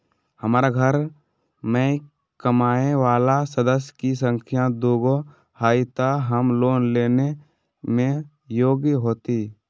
हमार घर मैं कमाए वाला सदस्य की संख्या दुगो हाई त हम लोन लेने में योग्य हती?